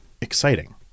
exciting